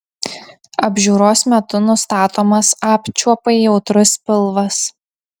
apžiūros metu nustatomas apčiuopai jautrus pilvas